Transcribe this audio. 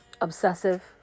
obsessive